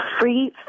free